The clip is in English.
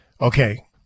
Okay